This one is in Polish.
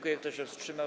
Kto się wstrzymał?